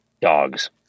dogs